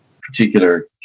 particular